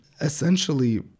essentially